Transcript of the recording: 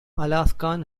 alaskan